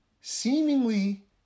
seemingly